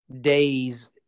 days